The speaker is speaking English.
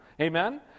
Amen